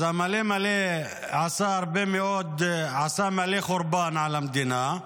אז המלא מלא עשה מלא חורבן במדינה,